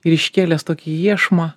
ir iškėlęs tokį iešmą